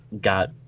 got